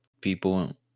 people